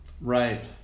Right